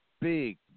big